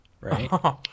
right